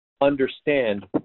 understand